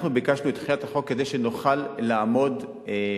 אנחנו ביקשנו את דחיית יישום החוק כדי שנוכל לעמוד בחוק,